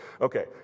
Okay